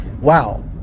wow